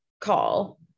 call